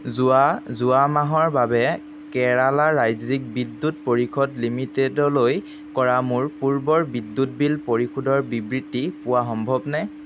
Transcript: যোৱা মাহৰ বাবে কেৰালা ৰাজ্যিক বিদ্যুৎ পৰিষদ লিমিটেডলৈ কৰা মোৰ পূৰ্বৰ বিদ্যুৎ বিল পৰিশোধৰ বিবৃতি পোৱা সম্ভৱনে